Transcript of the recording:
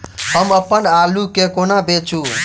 हम अप्पन आलु केँ कोना बेचू?